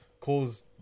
cause